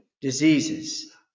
diseases